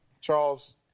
charles